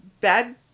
bad